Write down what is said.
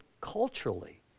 culturally